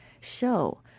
show